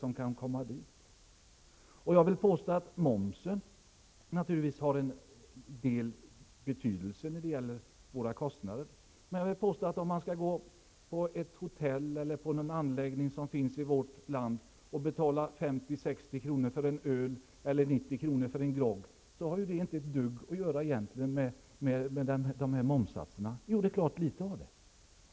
Momsen har naturligtvis en betydelse när det gäller våra kostnader. Men om man på ett hotell eller en annan anläggning i vårt land får betala 50--60 kr. för en öl eller 90 kr. för en grogg, så har det egentligen inte ett dugg att göra med momssatserna -- jo, det är klart, litet.